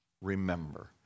remember